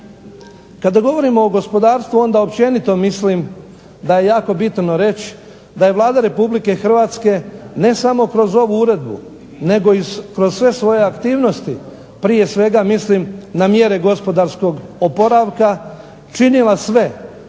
Kada govorimo o gospodarstvu onda općenito mislim da je jako bitno reći da je Vlada Republike Hrvatske ne samo kroz ovu uredbu, nego i kroz sve svoje aktivnosti, prije svega mislim na mjere gospodarskog oporavka, činila sve